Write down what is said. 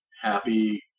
Happy